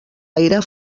aire